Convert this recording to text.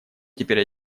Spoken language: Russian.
теперь